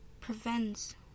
prevents